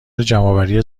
جمعآوری